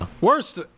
Worst